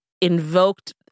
invoked